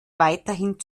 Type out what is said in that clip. weiterhin